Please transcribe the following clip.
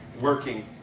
working